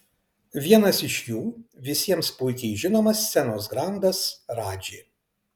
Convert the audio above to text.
vienas iš jų visiems puikiai žinomas scenos grandas radži